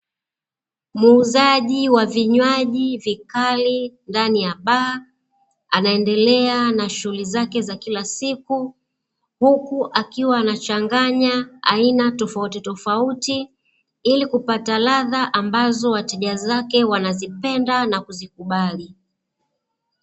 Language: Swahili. Muuzaji wa vinywaji vikali ndani ya baa, anaendelea na shughuli zake za kila siku, huku akiwa anachanganya aina tofautitofauti, ili kupata radha ambazo wateja wake wanazipenda na kuzikubali.